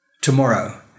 tomorrow